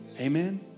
Amen